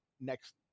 next